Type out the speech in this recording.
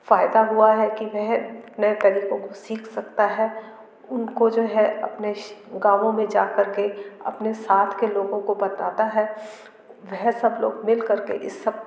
फ़ायदा हुआ है कि वह नए तरीक़ों को सीख सकता है उनको जो है अपने शि गाँवों में जा कर के अपने साथ के लोगों को बताता है वे सब लोग मिल कर के इस सब